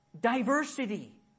Diversity